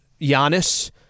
Giannis